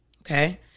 Okay